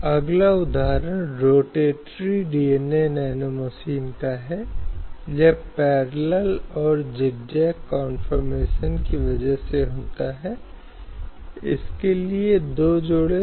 सिर्फ अदालत में संविधान सभा के घटक मुंशी ने टिप्पणी की थी कि यदि उत्तराधिकार के उत्तराधिकारी कानून उत्तराधिकार को धर्म का हिस्सा माना जाता है तो महिलाओं की समानता कभी भी हासिल नहीं की जा सकती